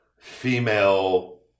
female